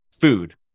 food